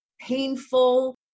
painful